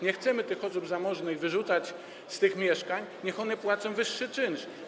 Nie chcemy tych osób zamożnych wyrzucać z tych mieszkań, ale niech one płacą wyższy czynsz.